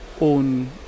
own